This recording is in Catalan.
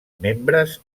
membres